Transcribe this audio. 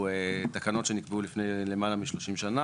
תקנות שנקבעו לפני למעלה מ-30 שנה,